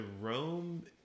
Rome